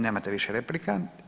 Nemate više replika.